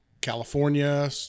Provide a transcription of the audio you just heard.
California